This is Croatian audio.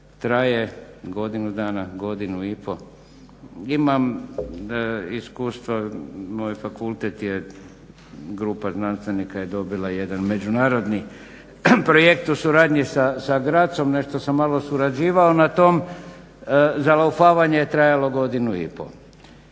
traje godinu dana, godinu i pol. Imam iskustva, moj fakultet je grupa znanstvenika dobila jedan međunarodni projekt u suradnji sa Grazom, nešto sam malo surađivao na tom, zalaufavanje je trajalo godinu i pol.